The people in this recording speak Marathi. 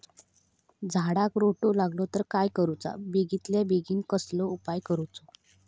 झाडाक रोटो लागलो तर काय करुचा बेगितल्या बेगीन कसलो उपाय करूचो?